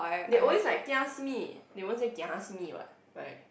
they always like kia simi they won't say gia simi what right